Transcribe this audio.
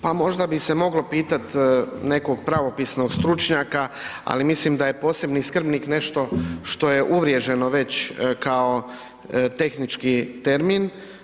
Pa možda bi se moglo pitati nekog pravopisnog stručnjaka, ali mislim da je posebni skrbnik nešto što je uvriježeno već kao tehnički termin.